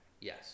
Yes